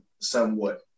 somewhat